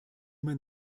man